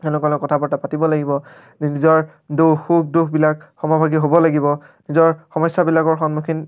তেওঁলোকৰ লগত কথা ব ৰ্তা পাতিব লাগিব নিজৰ দুখ সুখ দুখবিলাক সমভাগী হ'ব লাগিব নিজৰ সমস্যাবিলাকৰ সন্মুখীন